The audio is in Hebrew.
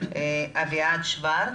אביעד שוורץ.